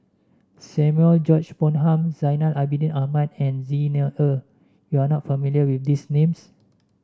Samuel George Bonham Zainal Abidin Ahmad and Xi Ni Er you are not familiar with these names